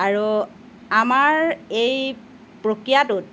আৰু আমাৰ এই প্ৰক্ৰিয়াটোত